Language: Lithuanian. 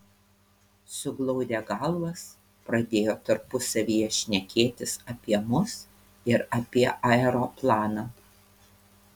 suglaudę galvas pradėjo tarpusavyje šnekėtis apie mus ir apie aeroplaną